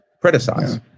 criticize